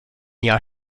jahr